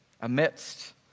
amidst